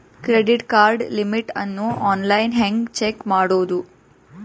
Credit card limit ಅನ್ನು online ಹೆಂಗ್ check ಮಾಡೋದು?